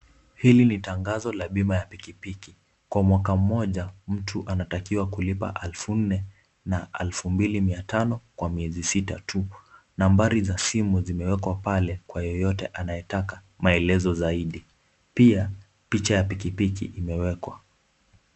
Hili ni tangazo bima ya pikipiki kwa mwaka mmoja mtu anatakiwa kulipa elfu nne na elfu mbili mia tano kwa miezi sita tu, nambari za simu zimewekwa pale kwa yeyote anayetaka maelezo zaidi pia picha ya pikipiki imeekwa.